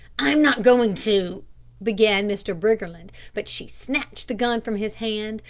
i'm not going to began mr. briggerland, but she snatched the gun from his hand,